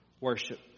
worship